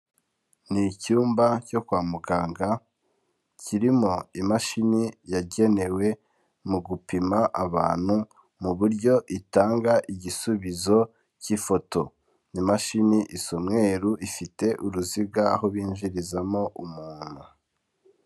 Ni icyumba cyo kwa muganga kirimo imashini yagenewe mu gupima abantu mu buryo itanga igisubizo cy'ifoto, imashini isa umweru ifite uruziga aho binjirizamo umuntu.